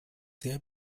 sehr